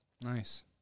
Nice